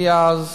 מאז